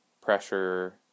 pressure